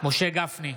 משה גפני,